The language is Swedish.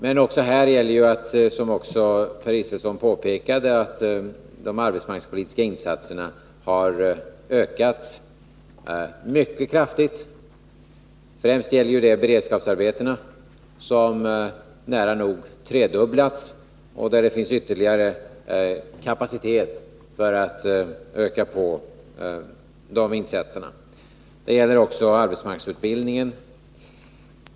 Men också här har ju, såsom Per Israelsson påpekade, de arbetsmarknadspolitiska insatserna ökat mycket kraftigt. Främst gäller detta beredskapsarbetena, som nära nog har tredubblats och där det finns ytterligare kapacitet för att öka på insatserna. Detsamma gäller arbetsmarknadsutbildningen.